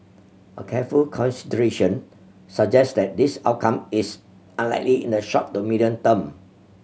a careful consideration suggests that this outcome is unlikely in the short to medium term